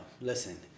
listen